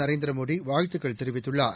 நரேந்திரமோடிவாழ்த்துக்கள் தெரிவித்துள்ளார்